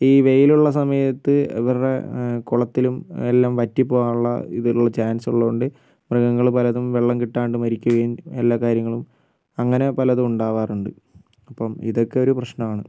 ഈ വെയിൽ ഉള്ള സമയത്ത് ഇവരുടെ കുളത്തിലും എല്ലാം വറ്റിപ്പോവാൻ ഉള്ള ഇതുളള ചാൻസ് ഉള്ളതുകൊണ്ട് മൃഗങ്ങൾ പലതും വെള്ളം കിട്ടാണ്ട് മരിക്കുകയും എല്ലാ കാര്യങ്ങളും അങ്ങനെ പലതും ഉണ്ടാവാറുണ്ട് അപ്പം ഇതൊക്കെ ഒരു പ്രശ്നമാണ്